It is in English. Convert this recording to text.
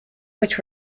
which